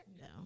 No